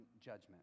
judgment